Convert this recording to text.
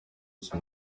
bruce